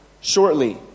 shortly